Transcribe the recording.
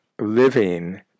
living